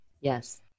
Yes